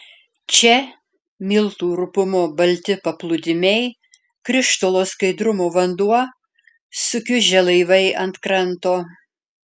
čia miltų rupumo balti paplūdimiai krištolo skaidrumo vanduo sukiužę laivai ant kranto